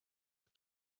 that